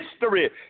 history